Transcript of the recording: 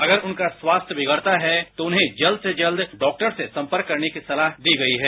अगर उनका स्वास्थ्य बिगड़ता है तो उन्हे जल्द से जल्द डाक्टर से संपर्क करने की सलाह दी गई है